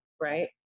right